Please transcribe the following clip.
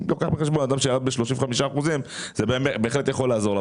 אלא לוקח בחשבון אדם שירד ב-35 אחוזים וזה בהחלט יכול לעזור לו.